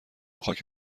خاک